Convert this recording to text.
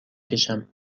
کشم